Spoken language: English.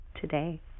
today